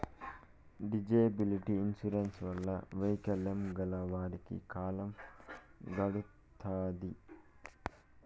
disability insurance వల్ల వైకల్యం గల వారికి కాలం గడుత్తాది